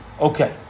Okay